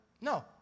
No